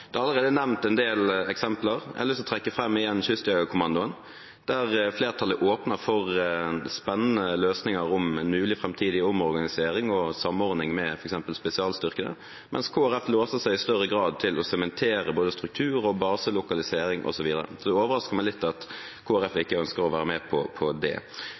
Det er allerede nevnt en del eksempler. Jeg har lyst til å trekke fram igjen Kystjegerkommandoen, der flertallet åpner for spennende løsninger om en mulig framtidig omorganisering og samordning med f.eks. spesialstyrkene, mens Kristelig Folkeparti låser seg i større grad til å sementere både struktur, baselokalisering osv. Det overrasker meg litt at Kristelig Folkeparti ikke ønsker å være med på det.